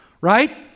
right